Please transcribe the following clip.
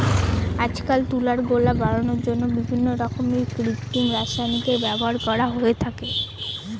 আজকাল তুলার গোলা বানানোর জন্য বিভিন্ন ধরনের কৃত্রিম রাসায়নিকের ব্যবহার করা হয়ে থাকে